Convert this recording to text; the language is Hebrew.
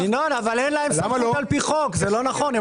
ינון, אבל אין להם סמכות על פי חוק; זה לא נכון.